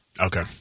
Okay